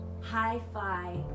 hi-fi